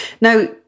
Now